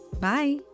Bye